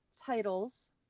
titles